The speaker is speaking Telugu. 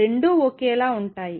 రెండూ ఒకేలా ఉంటాయి